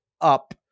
up